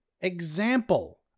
example